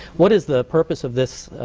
what is the purpose of this